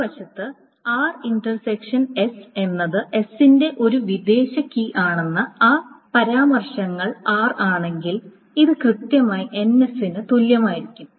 മറുവശത്ത് എന്നത് s ന്റെ ഒരു വിദേശ കീ ആണെങ്കിൽ ആ പരാമർശങ്ങൾ r ആണെങ്കിൽ ഇത് കൃത്യമായി ns ന് തുല്യമായിരിക്കും